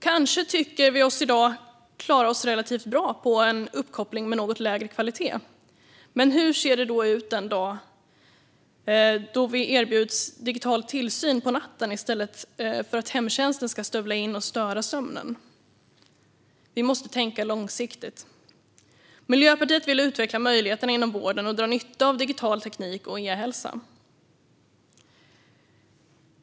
Kanske tycker vi oss i dag klara oss relativt bra med en uppkoppling med något lägre kvalitet, men hur ser det ut den dag då vi erbjuds digital tillsyn på natten i stället för att hemtjänsten ska stövla in och störa sömnen? Vi måste tänka långsiktigt. Miljöpartiet vill utveckla möjligheterna att inom vården dra nytta av digital teknik och e-hälsa.